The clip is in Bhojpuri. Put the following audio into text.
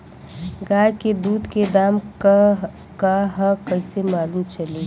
गाय के दूध के दाम का ह कइसे मालूम चली?